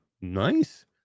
Nice